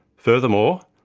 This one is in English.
furthermore,